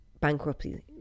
Bankruptcy